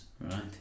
Right